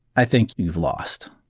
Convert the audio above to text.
i think you've lost.